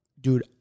dude